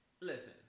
Listen